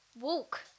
walk